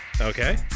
Okay